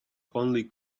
only